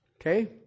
Okay